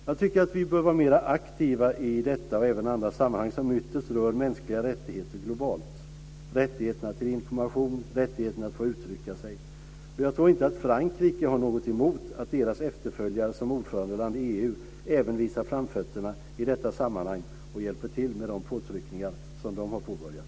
Jag tycker att vi bör vara mera aktiva i detta och även andra sammanhang som ytterst rör mänskliga rättigheter globalt, rättigheterna till information, rättigheten att få uttrycka sig. Jag tror inte att Frankrike har något emot att dess efterföljare som ordförandeland i EU även visar framfötterna i detta sammanhang och hjälper till med de påtryckningar som man har påbörjat.